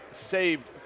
saved